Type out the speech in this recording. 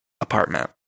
Apartment